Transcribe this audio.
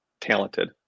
talented